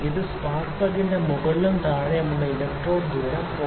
ഇത് സ്പാർക്ക് പ്ലഗിലെ മുകളിലും താഴെയുമുള്ള ഇലക്ട്രോഡ് തമ്മിലുള്ള ദൂരം 0